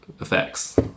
effects